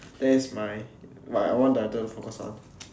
that's my what I want director to focus on